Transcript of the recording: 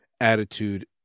attitude